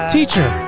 Teacher